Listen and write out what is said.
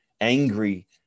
angry